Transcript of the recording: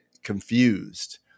Confused